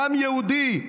דם יהודי.